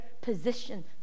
position